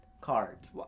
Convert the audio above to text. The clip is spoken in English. cards